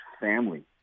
family